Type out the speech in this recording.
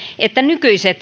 että nykyiset